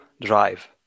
drive